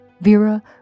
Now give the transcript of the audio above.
Vera